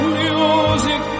music